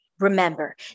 Remember